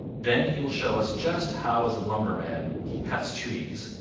then he will show us just how as a lumberman he cuts trees,